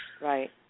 Right